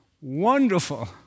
wonderful